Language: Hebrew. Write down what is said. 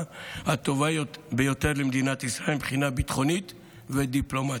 הטובה יותר למדינת ישראל מבחינה ביטחונית ודיפלומטית.